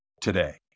today